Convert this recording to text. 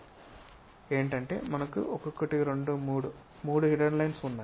అది ఏంటి అంటే మనకు 1 2 మరియు 3 హిడెన్ లైన్స్ ఉన్నాయి